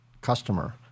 customer